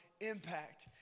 impact